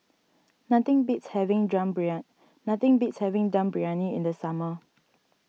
nothing beats having Dum nothing beats having Dum Briyani in the summer